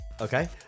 Okay